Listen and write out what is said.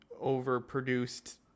overproduced